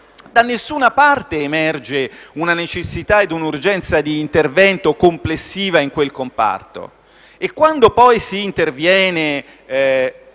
da nessuna parte emerge una necessità ed un'urgenza d'intervento complessivo in quel comparto. E quando poi si interviene